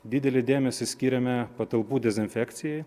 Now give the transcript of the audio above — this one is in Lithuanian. didelį dėmesį skiriame patalpų dezinfekcijai